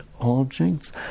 objects